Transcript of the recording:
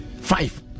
five